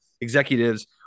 executives